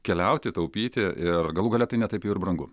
keliauti taupyti ir galų gale tai ne taip jau ir brangu